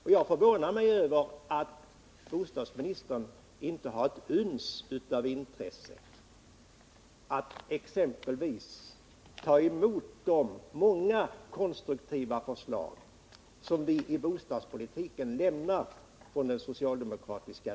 Och jag förvånar mig över att bostadsministern inte har ett uns intresse för att exempelvis ta emot de många konstruktiva förslag som vi från den socialdemokratiska riksdagsgruppen lämnar när det gäller bostadspolitiken.